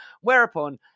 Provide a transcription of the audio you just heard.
whereupon